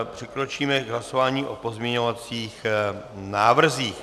Přikročíme k hlasování o pozměňovacích návrzích.